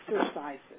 exercises